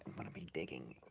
i'm gonna be digging.